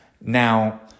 Now